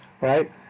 right